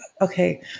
okay